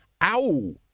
Ow